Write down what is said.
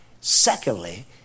secondly